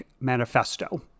Manifesto